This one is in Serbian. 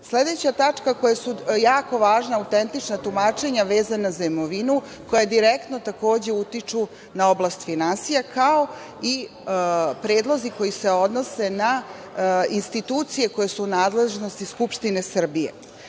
Sledeće tačke koje su jako važne jesu autentična tumačenja vezana za imovinu, a koje direktno utiču na oblast finansija, kao i predlozi koji se odnose na institucije koje su u nadležnosti Skupštine Srbije. Zbog